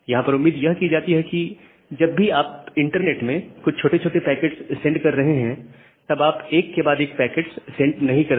यहां पर यह उम्मीद कि जाती है कि जब भी आप इंटरनेट में कुछ छोटे छोटे पैकेट्स सेंड कर रहे हैं तब आप एक के बाद एक पैकेट्स सेंड नहीं करते